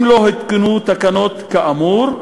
אם לא הותקנו תקנות כאמור,